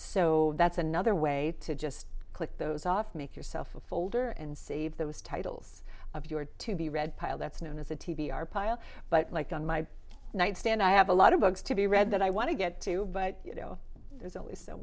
so that's another way to just click those off make yourself a folder and save those titles of your to be read pile that's known as a t v r pile but like on my nightstand i have a lot of books to be read that i want to get to but you know there's only so